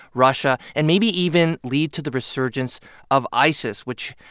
russia, and maybe even lead to the resurgence of isis, which,